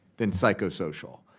then psychosocial.